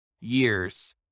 years